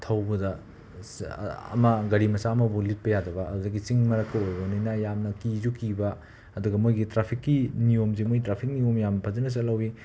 ꯊꯧꯕꯗ ꯑꯃ ꯒꯥꯔꯤ ꯃꯆꯥ ꯑꯃꯐꯥꯎ ꯂꯤꯠꯄ ꯌꯥꯗꯕ ꯑꯗꯨꯗꯒꯤ ꯆꯤꯡ ꯃꯔꯛꯀ ꯑꯣꯏꯕꯅꯤꯅ ꯌꯥꯝꯅ ꯀꯤꯖꯨ ꯀꯤꯕ ꯑꯗꯨꯒ ꯃꯣꯏꯒꯤ ꯇ꯭ꯔꯥꯐꯤꯛꯀꯤ ꯅꯤꯌꯣꯝꯁꯤ ꯃꯣꯏ ꯇ꯭ꯔꯥꯐꯤꯛ ꯅꯤꯌꯣꯝ ꯌꯥꯝꯅ ꯐꯖꯅ ꯆꯠꯍꯧꯏ